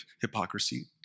hypocrisy